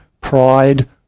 pride